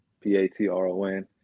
p-a-t-r-o-n